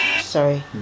sorry